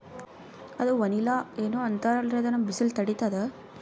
ಅದು ವನಿಲಾ ಏನೋ ಅಂತಾರಲ್ರೀ, ನಮ್ ಬಿಸಿಲ ತಡೀತದಾ?